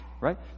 Right